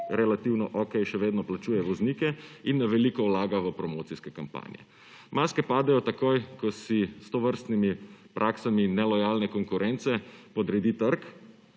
relativno okej še vedno plačuje voznike in na veliko vlaga v promocijske kampanje. Maske padejo takoj, ko si s tovrstnimi praksami nelojalne konkurence podredi trg,